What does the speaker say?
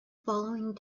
following